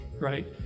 right